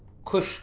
خوش